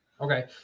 Okay